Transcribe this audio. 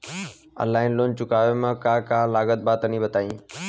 Online loan चुकावे म का का लागत बा तनि बताई?